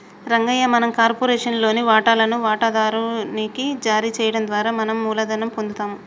రంగయ్య మనం కార్పొరేషన్ లోని వాటాలను వాటాదారు నికి జారీ చేయడం ద్వారా మనం మూలధనం పొందుతాము